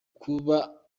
kuba